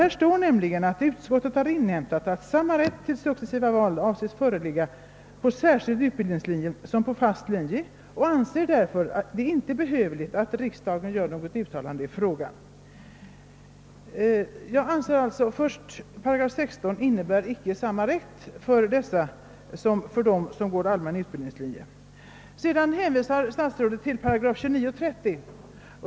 Där står nämligen följande: »Utskottet har inhämtat att samma rätt till successivt val avses föreligga på särskild utbildningslinje som på fast linje och anser det därför inte behövligt att riksdagen gör något uttalande i denna fråga.» Jag anser sålunda att 16 8 inte ger samma rätt som för dem som går på allmän utbildningslinje. Vidare hänvisar statsrådet till 29 och 30 88 i Kungl. Maj:ts kungörelse.